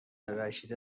الرشید